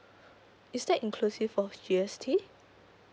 it's that inclusive of G_S_T